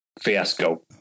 fiasco